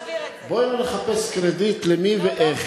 בואי לא נחפש קרדיט למי ואיך,